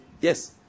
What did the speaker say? Yes